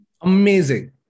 Amazing